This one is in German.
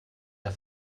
der